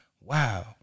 Wow